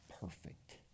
perfect